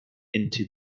into